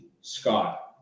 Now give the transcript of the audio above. scott